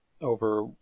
over